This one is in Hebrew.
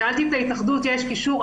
שאלתי את ההתאחדות אם יש קישור,